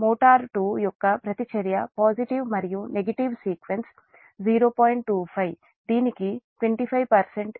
motor 2 యొక్క ప్రతిచర్య positive మరియు నెగటివ్ సీక్వెన్స్ సానుకూల మరియు ప్రతికూల క్రమం 0